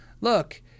Look